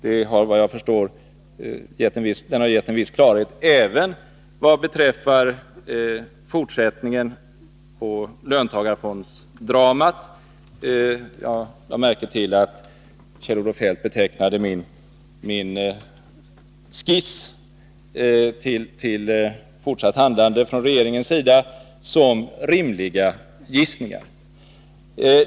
Den har gett en viss klarhet även vad beträffar fortsättningen på löntagarfondsdramat. Jag lade märke till att Kjell-Olof Feldt betecknade min skiss till fortsatt handlande från regeringens sida som rimliga gissningar.